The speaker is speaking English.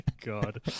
god